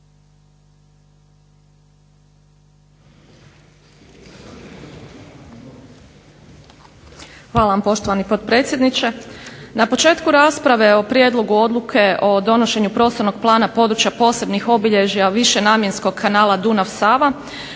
ekspertni timovi danas se pred nama nalazi Prijedlog odluke o donošenju Prostornog plana područja posebnih obilježja višenamjenskog kanala Dunav-Sava